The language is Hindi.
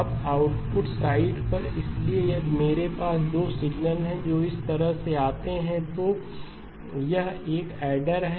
अब आउटपुट साइड पर इसलिए यदि मेरे पास 2 सिग्नल हैं जो इस तरह से आते हैं तो यह एक एडर है